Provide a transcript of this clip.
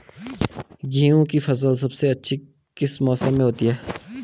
गेहूँ की फसल सबसे अच्छी किस मौसम में होती है